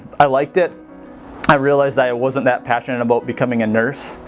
i liked it i realized i wasn't that passionate about becoming a nurse,